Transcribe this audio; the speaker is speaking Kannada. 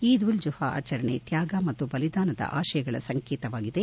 ಈದ್ ಉಲ್ ಜುಹಾ ಆಚರಣೆ ತ್ಯಾಗ ಮತ್ತು ಬಲಿದಾನದ ಆಶಯಗಳ ಸಂಕೇತವಾಗಿದೆ